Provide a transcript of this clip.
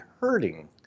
hurting